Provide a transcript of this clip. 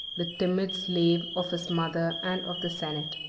the timid slave of his mother and of the senate.